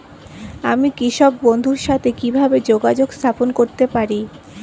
আমি কৃষক বন্ধুর সাথে কিভাবে যোগাযোগ স্থাপন করতে পারি?